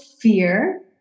fear